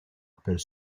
per